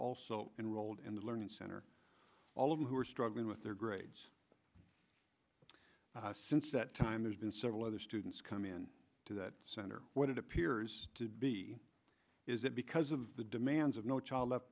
also enrolled in the learning center all of them who are struggling with their grades since that time there's been several other students come in to that center what it appears to be is that because of the demands of no child left